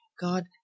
God